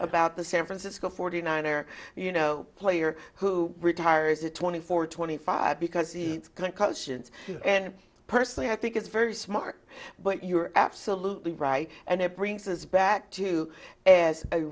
about the san francisco forty nine or you know player who retires at twenty four twenty five because he can't culture and personally i think it's very smart but you're absolutely right and it brings us back to as a